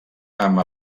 amb